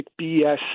BS